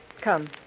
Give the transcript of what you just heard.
Come